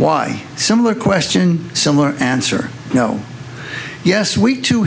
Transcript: why similar question similar answer no yes we to